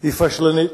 היא פשלנית,